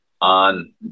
on